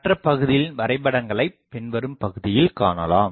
மற்றபகுதிகளின் வரைபடங்களைப் பின்வரும் பகுதியில் காணலாம்